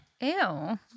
Ew